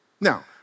Now